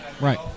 right